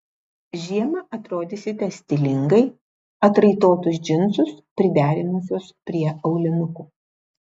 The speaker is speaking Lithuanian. žiemą atrodysite stilingai atraitotus džinsus priderinusios prie aulinukų